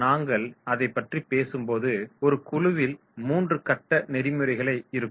நாங்கள் அதைப் பற்றி பேசும்போது ஒரு குழுவில் மூன்று கட்ட நெறிமுறைகள் இருக்கும்